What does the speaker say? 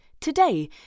today